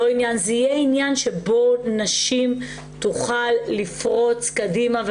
זה יהיה עניין שבו נשים יוכלו לפרוץ קדימה,